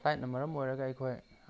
ꯐ꯭ꯂꯥꯏꯠꯅꯥ ꯃꯔꯝ ꯑꯣꯏꯔꯒ ꯑꯩꯈꯣꯏ